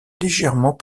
légèrement